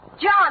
John